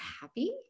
happy